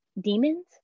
demons